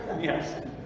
Yes